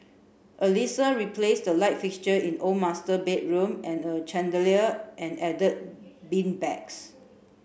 Alissa replaced the light fixture in the old master bedroom and a chandelier and add beanbags